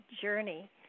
journey